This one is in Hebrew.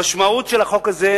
המשמעות של החוק הזה,